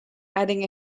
adding